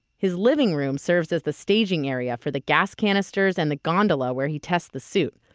his living room serves as the staging area for the gas canisters and the gondola where he tests the suit.